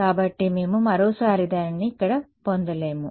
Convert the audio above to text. కాబట్టి మేము మరోసారి దానిని ఇక్కడ పొందలేము